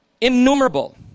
Innumerable